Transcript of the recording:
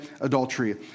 adultery